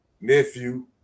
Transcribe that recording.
Nephew